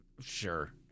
Sure